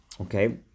Okay